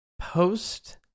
post